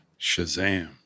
Shazam